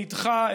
נדחה,